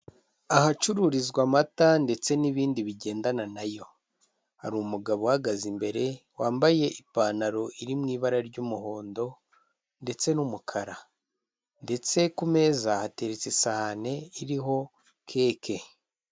Ahacururizwa amata ndetse n'ibindi bigendana nacyo. Hari umugabo uhagaze imbere wambaye ipantaro iri mu ibara ry'umuhondo ndetse n'umukara ndetse ku meza hateretse isahani iriho keke.